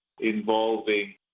involving